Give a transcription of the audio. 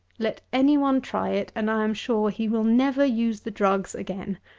let any one try it, and i am sure he will never use the drugs again.